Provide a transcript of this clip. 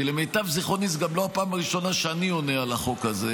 כי למיטב זיכרוני זו גם לא הפעם הראשונה שאני עונה על החוק הזה,